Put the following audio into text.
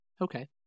Okay